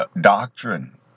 doctrine